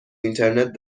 اینترنت